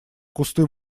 кусты